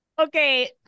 Okay